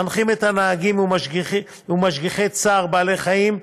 מנחים את הנהגים ואת משגיחי צער בעלי-חיים,